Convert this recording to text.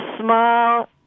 small